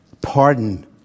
pardon